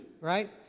right